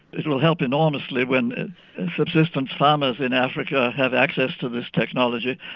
it will help enormously when subsistence farmers in africa have access to this technology,